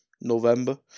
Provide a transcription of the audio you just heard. November